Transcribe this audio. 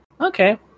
Okay